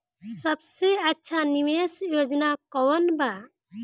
सबसे अच्छा निवेस योजना कोवन बा?